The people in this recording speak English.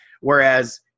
Whereas